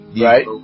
Right